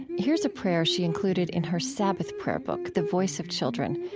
here's a prayer she included in her sabbath prayer book the voice of children,